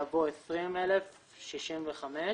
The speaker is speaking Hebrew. יבוא "20,065".